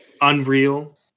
Unreal